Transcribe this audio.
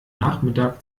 nachmittag